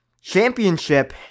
championship